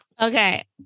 Okay